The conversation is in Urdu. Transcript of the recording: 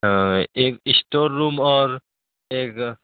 ایک اسٹور روم اور ایک